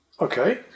Okay